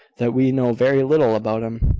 that we know very little about him.